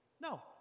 No